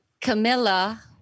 Camilla